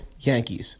Yankees